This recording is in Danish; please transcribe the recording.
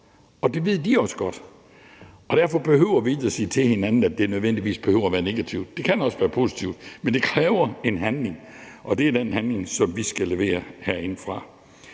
og det ved de også godt. Og derfor behøver vi ikke at sige til hinanden, at det nødvendigvis behøver at være negativt. Det kan også være positivt, men det kræver en handling, og det er den handling, som vi skal levere herindefra.